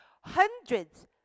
hundreds